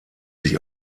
sich